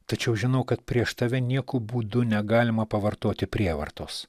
tačiau žinau kad prieš tave nieku būdu negalima pavartoti prievartos